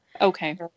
Okay